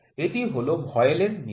এটি হল ভয়েল এর নীতি